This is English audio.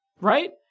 Right